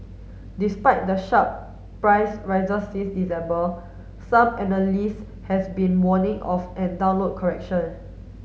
despite the sharp price rises since December some analyst has been warning of a downward correction